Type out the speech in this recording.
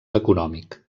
econòmic